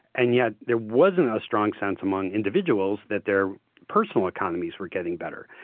and yet there wasn't a strong sense among individuals that their personal economies were getting better.